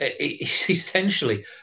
essentially